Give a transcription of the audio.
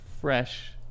fresh